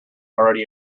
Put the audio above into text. already